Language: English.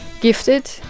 gifted